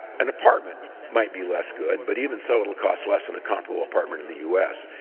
an apartment might be less good, but even so, it will cost less than a comparable apartment in the u s,